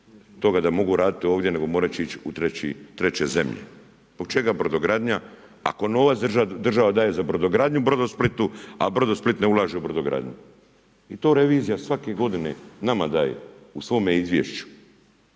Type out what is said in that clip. toga da mogu raditi ovdje nego morat će ići u treće zemlje. Zbog čega brodogradnja ako novac država daje za brodogradnju Brodosplitu, a Brodosplit ne ulaže u brodogradnju. I to revizija svake godine nama daje u svome izvješću.